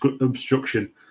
obstruction